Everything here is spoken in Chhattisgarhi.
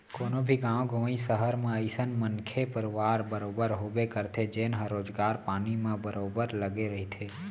कोनो भी गाँव गंवई, सहर म अइसन मनखे परवार बरोबर होबे करथे जेनहा रोजगार पानी म बरोबर लगे रहिथे